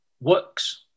works